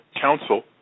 council